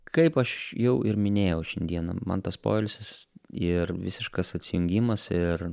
kaip aš jau ir minėjau šiandieną man tas poilsis ir visiškas atsijungimas ir